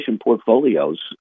portfolios